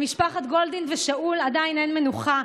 למשפחות גולדין ושאול עדיין אין מנוחה.